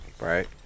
Right